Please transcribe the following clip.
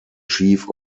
chief